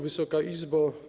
Wysoka Izbo!